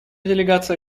делегация